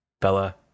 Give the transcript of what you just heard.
Bella